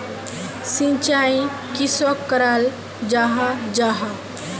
सिंचाई किसोक कराल जाहा जाहा?